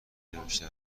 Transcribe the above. نوشته